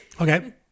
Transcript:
okay